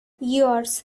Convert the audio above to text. yours